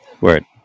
Word